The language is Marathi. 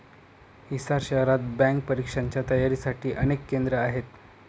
हिसार शहरात बँक परीक्षांच्या तयारीसाठी अनेक केंद्रे आहेत